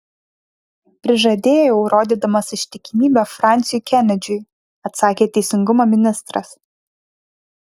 prižadėjau rodydamas ištikimybę fransiui kenedžiui atsakė teisingumo ministras